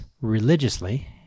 religiously